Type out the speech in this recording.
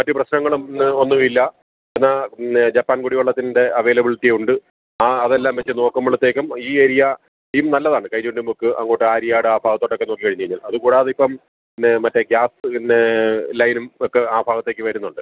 മറ്റ് പ്രശ്നങ്ങളൊന്നും ഒന്നും ഇല്ല എന്നാണ് നേ ജെപ്പാൻ കുടിവെള്ളത്തിൻ്റെ അവൈലബിളിറ്റിയുണ്ട് ആ അതെല്ലാം വെച്ച് നോക്കുമ്പോഴത്തേക്കും ഈ ഏരിയ ഇത് നല്ലതാണ് കൈചൂണ്ടി നമുക്ക് അങ്ങോട്ടാര്യാടാ ഭാഗത്തോട്ടൊക്കെ നോക്കി കഴിഞ്ഞ് കഴിഞ്ഞാൽ അത് കൂടാതിപ്പം നേ മറ്റേ ഗ്യാസ് നേ ലൈനും ഒക്കെ ആ ഭാഗത്തേക്ക് വരുന്നുണ്ട്